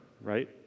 right